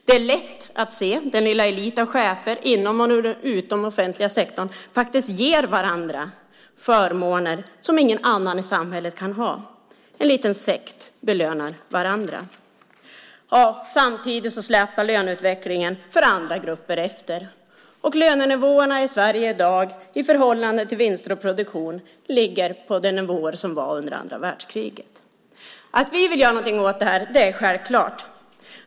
Det är lätt att se att den lilla eliten chefer inom och utom den offentliga sektorn faktiskt ger varandra förmåner som ingen annan i samhället kan ha. De i en liten sekt belönar varandra. Samtidigt släpar löneutvecklingen för andra grupper efter. Lönenivåerna i Sverige i dag, i förhållande till vinster och produktion, ligger på de nivåer som var under andra världskriget. Att vi vill göra något åt det här är självklart.